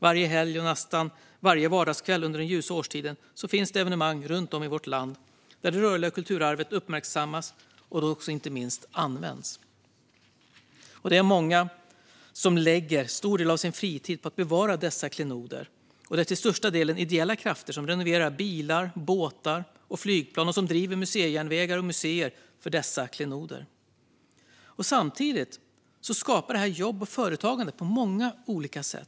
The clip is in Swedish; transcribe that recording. Varje helg och nästan varje vardagskväll under den ljusa årstiden finns det evenemang runt om i vårt land där det rörliga kulturarvet uppmärksammas och inte minst används. Det är många som lägger stor del av sin fritid på att bevara dessa klenoder. Det är till största delen ideella krafter som renoverar bilar, båtar och flygplan och som driver museijärnvägar och museer för dessa klenoder. Samtidigt skapar det jobb och företagande på många olika sätt.